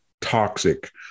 toxic